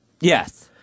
Yes